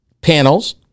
panels